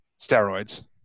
steroids